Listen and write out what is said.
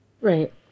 right